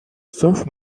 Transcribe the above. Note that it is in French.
sauf